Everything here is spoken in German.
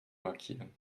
markieren